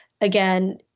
again